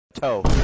toe